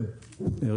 כן, ניסן.